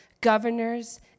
governors